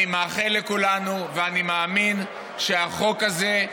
אני מאחל לכולנו ואני מאמין שהחוק הזה,